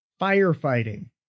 Firefighting